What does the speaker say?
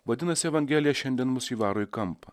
vadinasi evangelija šiandien mus įvaro į kampą